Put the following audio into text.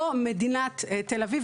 לא מדינת תל-אביב,